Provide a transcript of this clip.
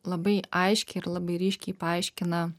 labai aiškiai ir labai ryškiai paaiškina